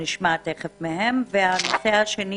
הנושא השני